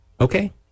Okay